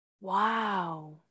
Wow